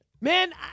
man